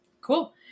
Cool